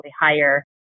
higher